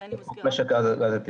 לכן היא --- משק הגז הטבעי,